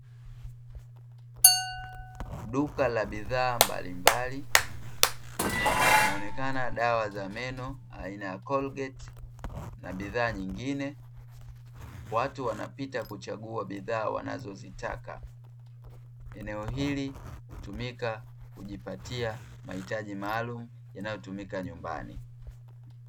Duka la bidhaa mbalimbali inaonekana dawa za meno aina ya kolgeti na bidhaa nyingine ,watu wanapita kuchagua bidhaa hizo wanazozitaka. Eneo hili hutumika zaidi kujipatia mahitaji maalum yanayotumika nyumbani.